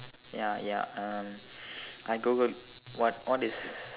ya ya uh I googled what what is